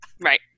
Right